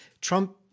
Trump